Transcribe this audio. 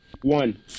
one